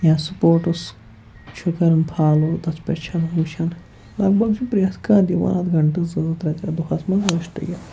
یا سپوٹٕس چھُ کَران فالو تَتھ پٮ۪ٹھ چھِ آسان وٕچھان لگ بگ چھُ پرٛٮ۪تھ کانٛہہ دِوان اَتھ گںٹہٕ زٕ زٕ ترٛےٚ ترٛےٚ دۄہَس منٛز وٕچھتہٕ یہِ